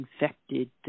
infected